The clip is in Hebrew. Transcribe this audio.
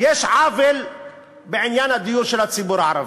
יש עוול בעניין הדיור של הציבור הערבי,